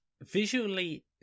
visually